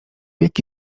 jaki